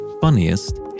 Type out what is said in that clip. funniest